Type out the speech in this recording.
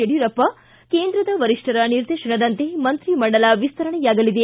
ಯಡಿಯೂರಪ್ಪ ಕೇಂದ್ರದ ವರಿಷ್ಠರ ನಿರ್ದೇಶನದಂತೆ ಮಂತ್ರಿಮಂಡಲ ವಿಸ್ತರಣೆಯಾಗಲಿದೆ